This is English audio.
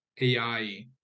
AI